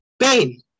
pain